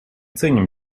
ценим